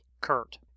Kurt